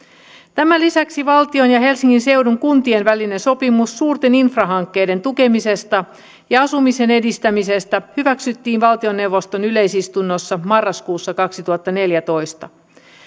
tämän lisäksi valtion ja helsingin seudun kuntien välinen sopimus suurten infrahankkeiden tukemisesta ja asumisen edistämisestä hyväksyttiin valtioneuvoston yleisistunnossa marraskuussa kaksituhattaneljätoista